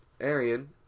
arian